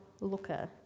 looker